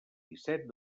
disset